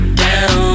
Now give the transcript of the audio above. down